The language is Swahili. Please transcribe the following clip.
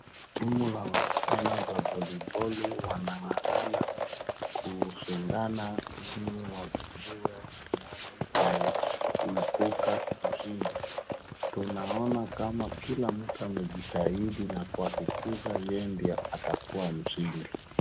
Timu za wasichana za voli boli wanang'ang'ana kushindana ili wajue nani ameibuka mshindi. Tunaona kama kila mtu amejitahidi na kuhakikisha ye ndio atakuwa mshindi.